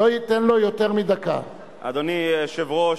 אדוני היושב-ראש,